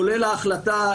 כולל ההחלטה,